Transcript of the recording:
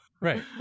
right